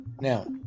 Now